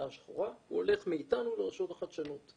השחורה הוא הולך מאיתנו לרשות לחדשנות,